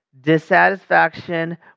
Dissatisfaction